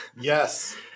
Yes